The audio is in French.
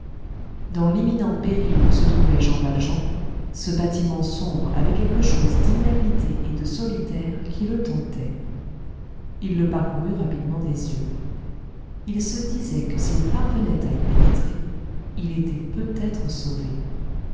dans l'imminent péril où se trouvait jean valjean ce bâtiment sombre avait quelque chose d'inhabité et de solitaire qui le tentait il le parcourut rapidement des yeux il se disait que s'il parvenait à y pénétrer il était peut-être sauvé